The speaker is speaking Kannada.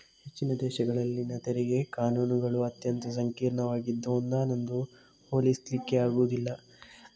ಹೆಚ್ಚಿನ ದೇಶಗಳಲ್ಲಿನ ತೆರಿಗೆ ಕಾನೂನುಗಳು ಅತ್ಯಂತ ಸಂಕೀರ್ಣವಾಗಿದ್ದು ಒಂದನ್ನೊಂದು ಹೋಲಿಸ್ಲಿಕ್ಕೆ ಆಗುದಿಲ್ಲ